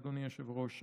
אדוני היושב-ראש,